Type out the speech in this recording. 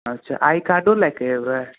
अच्छा आइ कार्डो लए कऽ अयबै